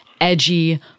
edgy